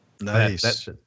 Nice